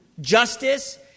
justice